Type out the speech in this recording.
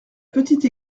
petite